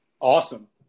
Awesome